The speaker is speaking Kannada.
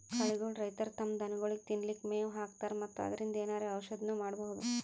ಕಳಿಗೋಳ್ ರೈತರ್ ತಮ್ಮ್ ದನಗೋಳಿಗ್ ತಿನ್ಲಿಕ್ಕ್ ಮೆವ್ ಹಾಕ್ತರ್ ಮತ್ತ್ ಅದ್ರಿನ್ದ್ ಏನರೆ ಔಷದ್ನು ಮಾಡ್ಬಹುದ್